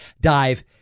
dive